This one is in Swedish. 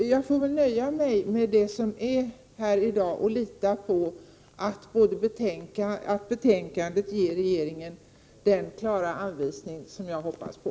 Jag får väl emellertid nöja mig med det som har kommit fram i dag och lita på att betänkandet ger regeringen den klara anvisning som jag hoppas på.